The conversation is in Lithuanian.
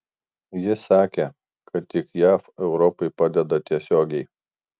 jis sakė kad tik jav europai padeda tiesiogiai